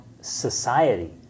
society